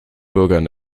bürgern